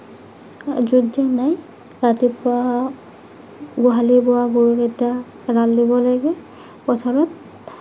য'ত য'ত নাই ৰাতিপুৱা গোহালিৰ পৰা গৰুকেইটা এৰাল দিব লাগে প্ৰথম